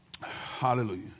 hallelujah